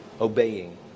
Obeying